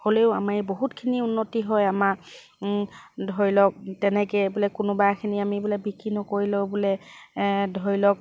হ'লেও আমাৰ বহুতখিনি উন্নতি হয় আমাৰ ধৰি লওক তেনেকৈ বোলে কোনোবাখিনি আমি বোলে বিক্ৰী নকৰিলেও বোলে ধৰি লওক